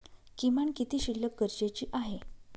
किमान किती शिल्लक गरजेची आहे?